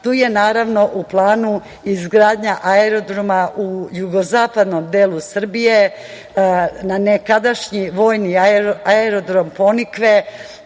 tu je naravno u planu izgradnja aerodroma u jugozapadnom delu Srbije na nekadašnji vojni Aerodrom „Ponikve“,